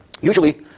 Usually